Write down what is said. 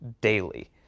daily